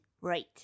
Right